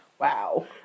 Wow